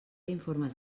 informes